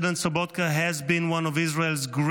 President Sobotka has been one of Israel’s greatest